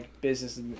business